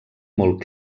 molt